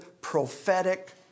prophetic